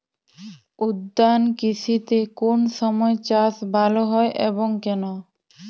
উদ্যান কৃষিতে কোন সময় চাষ ভালো হয় এবং কেনো?